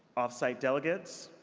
off-site delegates?